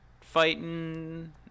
fighting